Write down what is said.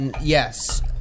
Yes